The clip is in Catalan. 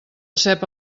cep